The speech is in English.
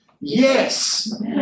yes